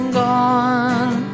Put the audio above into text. gone